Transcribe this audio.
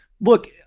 look